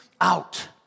out